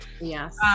Yes